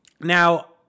Now